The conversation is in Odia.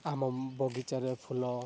ଆମ ବଗିଚାରେ ଫୁଲ